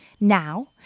Now